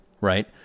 right